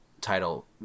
title